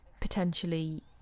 potentially